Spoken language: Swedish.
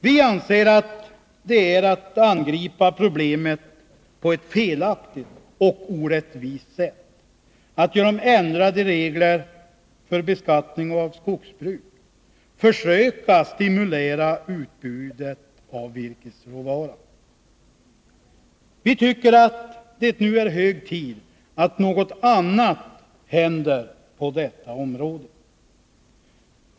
Vi anser att det är att angripa problemet på ett felaktigt och orättvist sätt att genom ändrade regler för beskattning av skogsbruk försöka stimulera utbudet av virkesråvara. Vi tycker att det nu är hög tid att något annat händer på detta område.